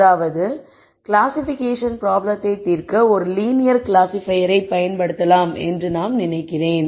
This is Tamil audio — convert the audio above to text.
அதாவது கிளாசிஃபிகேஷன் ப்ராப்ளத்தை தீர்க்க ஒரு லீனியர் கிளாசிபையரை பயன்படுத்தலாம் என்று நான் நினைக்கிறேன்